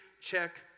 check